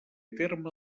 terme